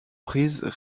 prises